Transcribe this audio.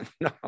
no